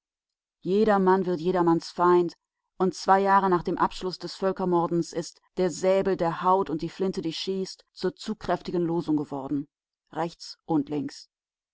jedermann wird jedermanns feind und zwei jahre nach dem abschluß des völkermordens ist der säbel der haut und die flinte die schießt zur zugkräftigen losung geworden rechts und links